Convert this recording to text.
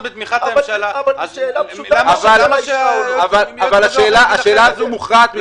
בתמיכת הממשלה אז למה שיועץ כזה או אחר יגיד אחרת?